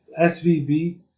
SVB